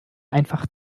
einfach